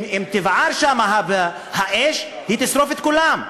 אם תבער שם האש, היא תשרוף את כולם.